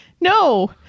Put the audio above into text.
No